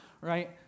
right